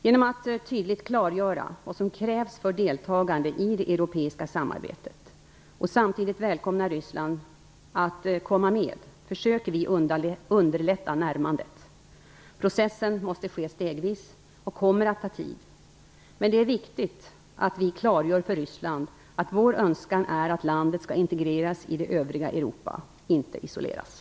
Genom att tydligt klargöra vad som krävs för deltagande i det europeiska samarbetet och samtidigt välkomna Ryssland att komma med försöker vi underlätta närmandet. Processen måste ske stegvis och kommer att ta tid, men det är viktigt att vi klargör för Ryssland att vår önskan är att landet skall integreras i det övriga Europa, inte isoleras.